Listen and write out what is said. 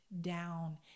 down